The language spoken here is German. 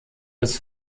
des